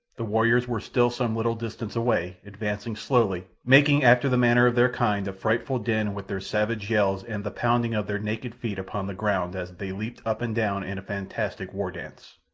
the warriors were still some little distance away, advancing slowly, making, after the manner of their kind, a frightful din with their savage yells and the pounding of their naked feet upon the ground as they leaped up and down in a fantastic war dance.